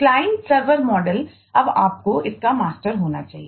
client server model होना चाहिए